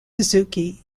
suzuki